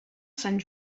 sant